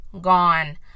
gone